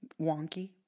wonky